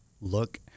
look